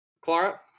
Clara